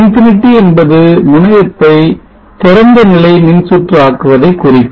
∞ என்பது முனையத்தை திறந்தநிலை மின்சுற்று ஆக்குவதை குறிக்கும்